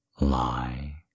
Lie